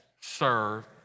serve